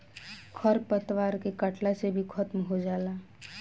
खर पतवार के कटला से भी खत्म हो जाला